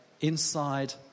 inside